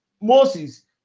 Moses